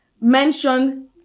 Mention